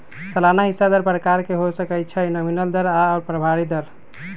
सलाना हिस्सा दर प्रकार के हो सकइ छइ नॉमिनल दर आऽ प्रभावी दर